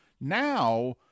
now